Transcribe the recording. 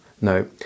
No